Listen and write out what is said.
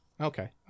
Okay